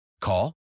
Call